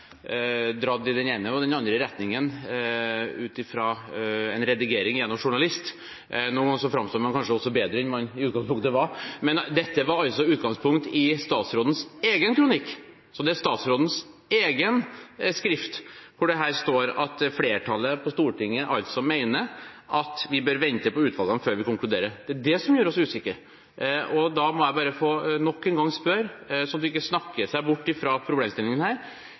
den ene og den andre retningen etter redigering fra en journalist – noen ganger framstår man kanskje også bedre enn man i utgangspunktet var. Men utgangspunktet var altså statsrådens egen kronikk – det er i statsrådens egen tekst det står at flertallet på Stortinget altså mener «at vi bør vente på utvalgene før vi konkluderer». Det er dette som gjør oss usikre. Jeg må nok en gang bare få spørre, slik at en ikke snakker seg bort fra problemstillingen her: